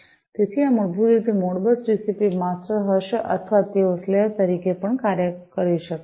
તેથી આ મૂળભૂત રીતે મોડબસ ટીસીપી માસ્ટર હશે અથવા તેઓ સ્લેવ તરીકે પણ કાર્ય કરી શકે છે